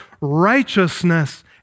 righteousness